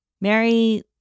Mary